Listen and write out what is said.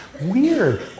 Weird